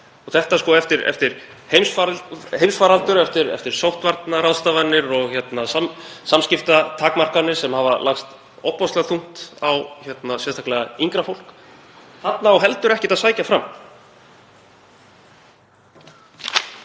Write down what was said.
Og þetta er eftir heimsfaraldur, eftir sóttvarnaráðstafanir og samkomutakmarkanir sem hafa lagst ofboðslega þungt sérstaklega á yngra fólk. Þarna á heldur ekkert að sækja fram.